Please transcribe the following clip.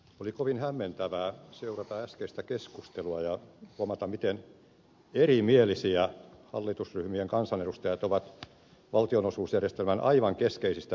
oli kovin hämmentävää seurata äskeistä keskustelua ja huomata miten erimielisiä hallitusryhmien kansanedustajat ovat valtionosuusjärjestelmän aivan keskeisistä perusteista